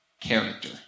character